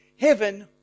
heaven